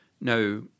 no